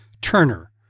Turner